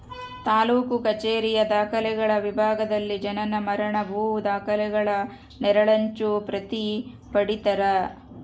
ತಾಲೂಕು ಕಛೇರಿಯ ದಾಖಲೆಗಳ ವಿಭಾಗದಲ್ಲಿ ಜನನ ಮರಣ ಭೂ ದಾಖಲೆಗಳ ನೆರಳಚ್ಚು ಪ್ರತಿ ಪಡೀತರ